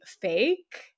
fake